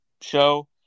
show